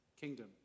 kingdom